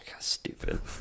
stupid